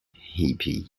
hippie